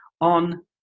on